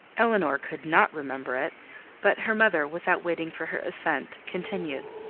elinor could not remember it but her mother, without waiting for her assent, continued,